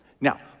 Now